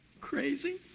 crazy